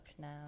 now